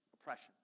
Oppression